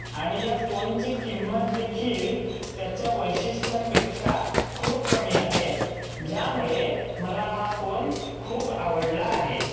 आणि ह्या फोनची किंमत देखील त्याच्या वैशिष्ट्यांपेक्षा खूप कमी आहे ज्यामुळे मला हा फोन खूप आवडला आहे